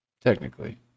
Technically